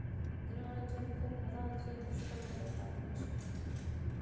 ग्रां च दिक्खो पता तुसें मुश्कल होंदा सब किश